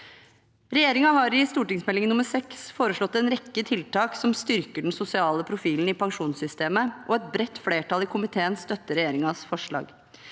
Regjeringen har i Meld. St. 6 foreslått en rekke tiltak som styrker den sosiale profilen i pensjonssystemet, og et bredt flertall i komiteen støtter regjeringens forslag.